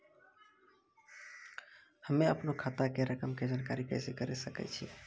हम्मे अपनो खाता के रकम के जानकारी कैसे करे सकय छियै?